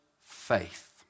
faith